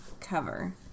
Cover